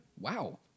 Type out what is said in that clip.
Wow